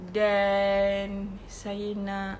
then saya nak